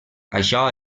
això